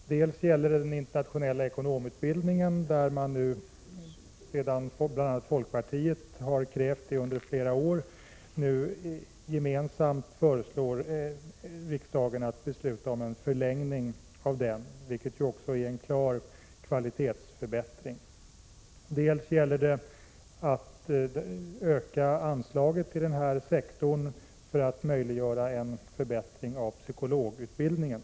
Dels gäller det ett gemensamt förslag till riksdagen att besluta om en förlängning av den internationella ekonomutbildningen, något som folkpartiet har krävt i flera år. Det betyder en klar kvalitetsförbättring. Dels gäller det att öka anslagen till den här sektorn för att möjliggöra en förbättring av psykologutbildningen.